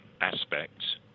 aspects